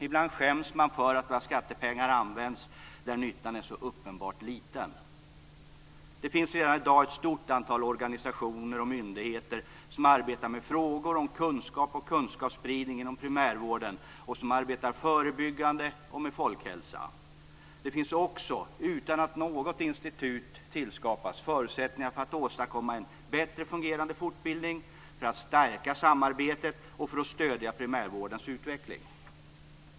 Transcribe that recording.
Ibland skäms man för att våra skattepengar används där nyttan är så uppenbart liten. Det finns redan i dag ett stort antal organisationer och myndigheter som arbetar med frågor om kunskap och kunskapsspridning inom primärvården och som arbetar förebyggande och med folkhälsa. Det finns också, utan att något institut tillskapas, förutsättningar för att åstadkomma en bättre fungerande fortbildning för att stärka samarbetet och för att stödja primärvårdens utveckling.